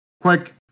quick